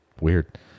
weird